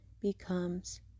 becomes